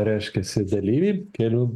reiškiasi dalyviai kelių